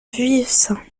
vuillecin